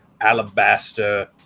Alabaster